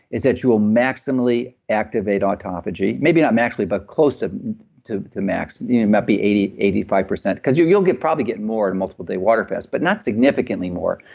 is that you will maximally activate autophagy, maybe not actually, but close ah to two max maybe eighty eighty five percent. because you'll you'll get probably getting more and multiple day water fast, but not significantly more,